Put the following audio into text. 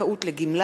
במשפחה),